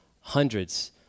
hundreds